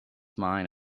mine